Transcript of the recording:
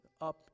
up